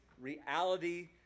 reality